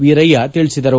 ವೀರಯ್ಯ ತಿಳಿಸಿದರು